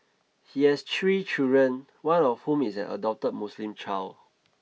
he has three children one of whom is an adopted Muslim child